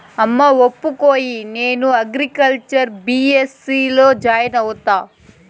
అమ్మా ఒప్పుకోయే, నేను అగ్రికల్చర్ బీ.ఎస్.సీ లో జాయిన్ అయితా